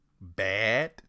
bad